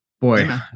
Boy